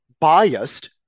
biased